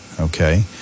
Okay